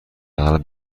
اغلب